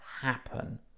happen